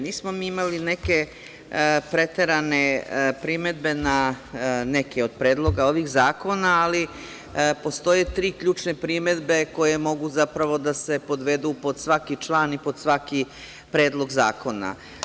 Nismo mi imali neke preterane primedbe na neke od predloga ovih zakona, ali postoje tri ključne primedbe koje mogu zapravo da se podvedu pod svaki član i pod svaki predlog zakona.